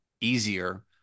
easier